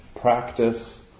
practice